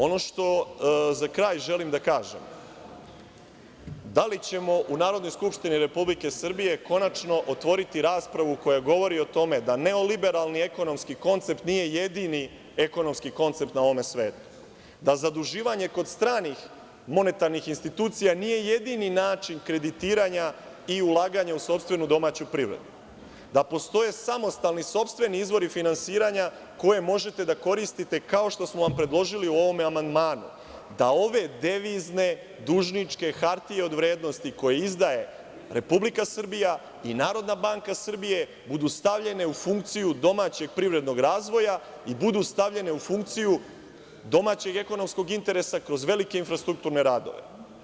Ono što za kraj želim da kažem – da li ćemo u Narodnoj skupštini Republike Srbije konačno otvoriti raspravu koja govori o tome da neoliberalni ekonomski koncept nije jedini ekonomski koncept na ovome svetu, da zaduživanje kod stranih monetarnih institucija nije jedini način kreditiranja i ulaganja u sopstvenu domaću privredu, da postoje samostalni, sopstveni izvori finansiranja koje možete da koristite kao što smo vam predložili u ovom amandmanu, da ove devizne, dužničke hartije od vrednosti koje izdaje Republika Srbija i Narodna banka Srbije, budu stavljene u funkciju domaćeg privrednog razvoja i budu stavljene u funkciju domaćeg i ekonomskog interesa kroz velike infrastrukturne radove.